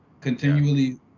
Continually